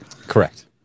Correct